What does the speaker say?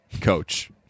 coach